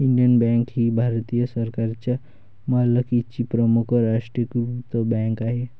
Indian Bank ही भारत सरकारच्या मालकीची प्रमुख राष्ट्रीयीकृत बँक आहे